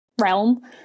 realm